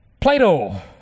Plato